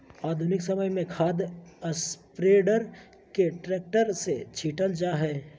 आधुनिक समय में खाद स्प्रेडर के ट्रैक्टर से छिटल जा हई